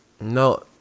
no